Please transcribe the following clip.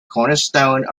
cornerstone